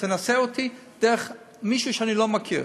תנסה אותי דרך מישהו שאני לא מכיר,